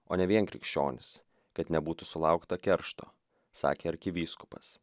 o ne vien krikščionys kad nebūtų sulaukta keršto sakė arkivyskupas